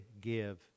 give